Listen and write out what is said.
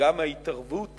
וגם ההתערבות